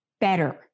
better